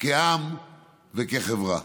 כעם וכחברה.